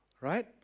right